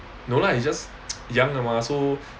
no lah it's just young mah so